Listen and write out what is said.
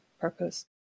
purpose